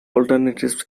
alternatives